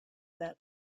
that